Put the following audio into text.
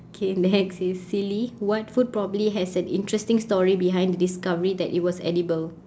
K next is silly what food probably has an interesting story behind the discovery that it was edible